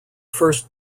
first